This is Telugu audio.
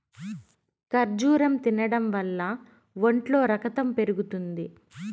ఖర్జూరం తినడం వల్ల ఒంట్లో రకతం పెరుగుతుంది